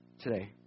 today